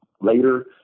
later